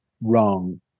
wrong